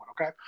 okay